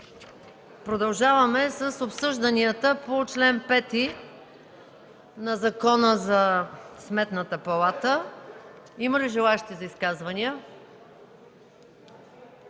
продължаваме с обсъжданията на чл. 5 от Законопроекта за Сметната палата. Има ли желаещи за изказвания?